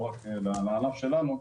לא רק לענף שלנו.